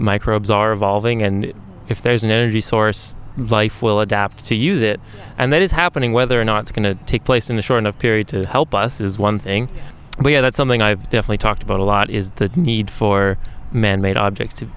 microbes are evolving and if there's an energy source life will adapt to use it and that is happening whether or not it's going to take place in the short of period to help us is one thing we have that's something i've definitely talked about a lot is the need for man made objects to